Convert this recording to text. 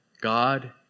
God